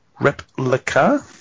Replica